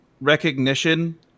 recognition